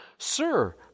Sir